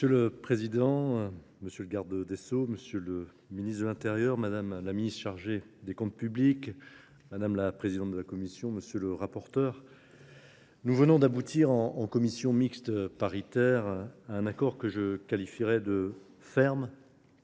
Monsieur le Président, Monsieur le garde des Sceaux, Monsieur le Ministre de l'Intérieur, Madame la Ministre chargée des comptes publics, Madame la Présidente de la Commission, Monsieur le rapporteur, Nous venons d'aboutir en commission mixte paritaire un accord que je qualifierai de ferme,